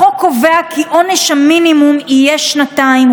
החוק קובע כי עונש המינימום יהיה שנתיים,